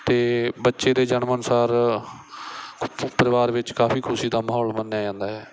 ਅਤੇ ਬੱਚੇ ਦੇ ਜਨਮ ਅਨੁਸਾਰ ਪਰਿਵਾਰ ਵਿੱਚ ਕਾਫ਼ੀ ਖੁਸ਼ੀ ਦਾ ਮਾਹੌਲ ਮੰਨਿਆ ਜਾਂਦਾ ਹੈ